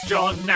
John